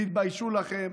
תתביישו לכם.